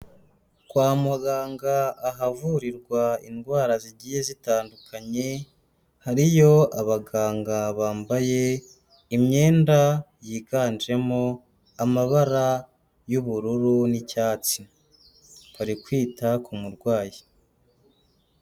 Kwa muganga ahavurirwa indwara zigiye zitandukanye, hariyo abaganga bambaye imyenda yiganjemo amabara y'ubururu n'icyatsi, bari kwita ku murwayi.